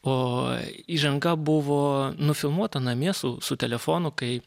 o įžanga buvo nufilmuota namie su su telefonu kai